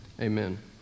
Amen